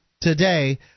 today